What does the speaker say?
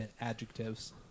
adjectives